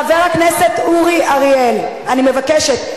חבר הכנסת אורי אריאל, אני מבקשת.